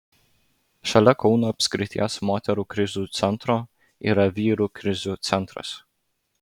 šalia kauno apskrities moterų krizių centro yra vyrų krizių centras